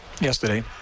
yesterday